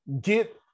get